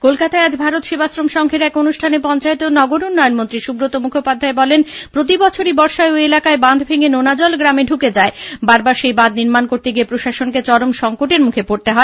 কলকাতায় আজ ভারত সেবাশ্রম সংঘের এক অনুষ্ঠানে পঞ্চায়েত ও নগর উন্নয়ন মন্ত্রী সুব্রত মুখোপাধ্যায় বলেন প্রতিবছরই বর্ষায় ঐ এলাকায় বাঁধ ভেঙে নোনাজল গ্রামে ঢুকে যায় বারবার সেই বাঁধ নির্মাণ করতে গিয়ে প্রশাসনকে চরম সংকটের মুখে পড়তে হয়